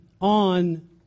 on